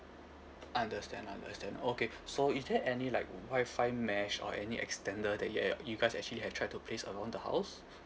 understand understand okay so is there any like Wi-Fi mesh or any extender that you've you guys actually have tried to place around the house